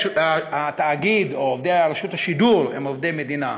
בעובדי התאגיד או עובדי רשות השידור שהם עובדי מדינה,